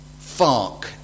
FARC